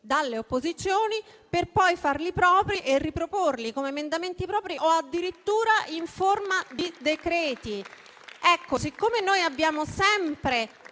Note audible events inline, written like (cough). dalle opposizioni per poi farli propri e riproporli come emendamenti propri o addirittura in forma di decreto-legge. (applause) Poiché noi abbiamo sempre